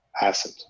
asset